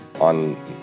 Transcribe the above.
on